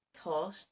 Taught